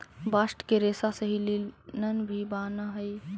bast के रेसा से ही लिनन भी बानऽ हई